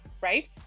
Right